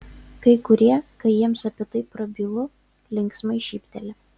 kai kurie kai jiems apie tai prabylu linksmai šypteli